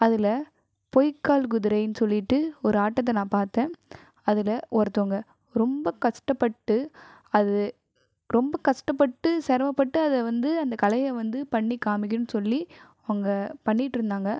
அதில் பொய்க்கால் குதிரைன்னு சொல்லிவிட்டு ஒரு ஆட்டத்தை நான் பார்த்தேன் அதில் ஒருத்தவங்க ரொம்ப கஷ்டப்பட்டு அது ரொம்ப கஷ்டப்பட்டு சிரமப்பட்டு அதை வந்து கலையை வந்து பண்ணி காமிக்கனும் சொல்லி அவங்க பண்ணிட்டுருந்தாங்க